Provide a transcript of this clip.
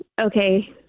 Okay